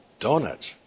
donuts